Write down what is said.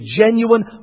genuine